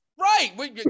right